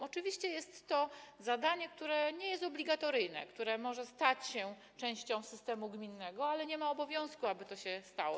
Oczywiście jest to zadanie, które nie jest obligatoryjne, które może stać się częścią systemu gminnego, ale nie ma obowiązku, aby tak się stało.